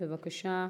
בבקשה.